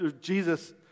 Jesus